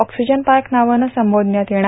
oxygen park नावानं संबोधण्यात येणार